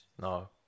no